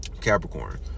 Capricorn